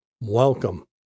welcome